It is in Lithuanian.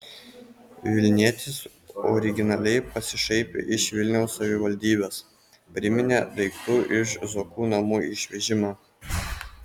vilnietis originaliai pasišaipė iš vilniaus savivaldybės priminė daiktų iš zuokų namų išvežimą